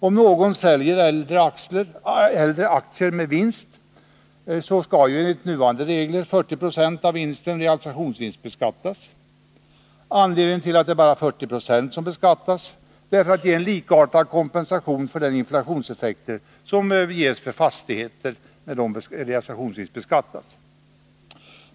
Om någon säljer äldre aktier med vinst skall enligt nuvarande regler 40 20 av vinsten realisationsvinstbeskattas. Anledningen till att bara 40 20 beskattas är att det skall vara en kompensation för inflationseffekter som blir likartad den som gäller för fastigheter när dessa realisationsvinstbeskattas.